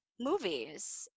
movies